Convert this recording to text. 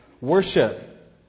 worship